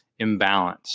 imbalanced